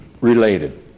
related